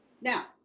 now